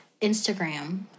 Instagram